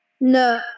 No